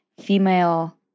female